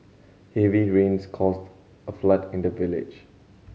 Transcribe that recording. heavy rains caused a flood in the village